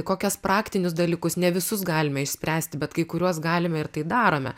kokius praktinius dalykus ne visus galime išspręsti bet kai kuriuos galime ir tai darome